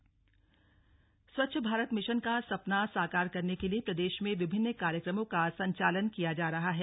कार्यशाला स्वच्छ भारत मिशन का सपना साकार करने के लिए प्रदेश में विभिन्न कार्यक्रमो का संचालन किया जा रहा है